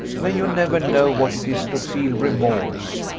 may you never know what it is to feel remorse!